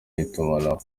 itumanaho